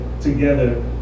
together